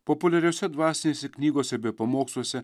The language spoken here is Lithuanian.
populiariose dvasinėse knygose bei pamoksluose